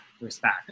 respect